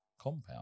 compound